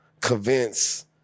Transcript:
convince